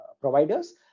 providers